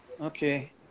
okay